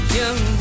young